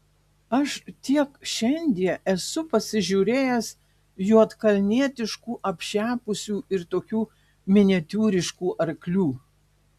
aš tiek šiandie esu pasižiūrėjęs juodkalnietiškų apšepusių ir tokių miniatiūriškų arklių